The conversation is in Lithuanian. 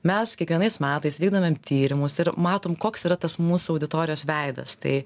mes kiekvienais metais vykdomėm tyrimus ir matom koks yra tas mūsų auditorijos veidas tai